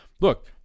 look